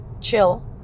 Chill